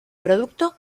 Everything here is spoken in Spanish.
producto